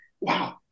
Wow